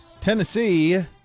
Tennessee